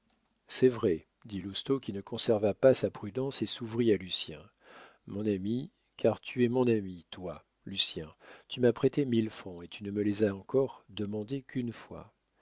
c'est vrai dit lousteau qui ne conserva pas sa prudence et s'ouvrit à lucien mon ami car tu es mon ami toi lucien tu m'as prêté mille francs et tu ne me les as encore demandés qu'une fois